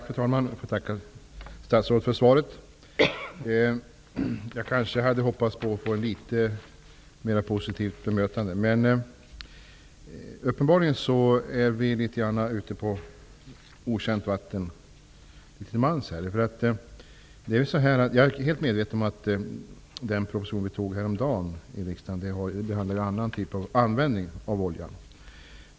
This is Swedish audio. Fru talman! Jag tackar statsrådet för svaret. Jag hade kanske hoppats på ett litet mera positivt bemötande. Uppenbarligen är vi litet till mans ute på okänt vatten. Jag är medveten om att den proposition som häromdagen antogs av riksdagen behandlar annan typ av användning av olja.